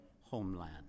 homeland